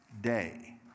day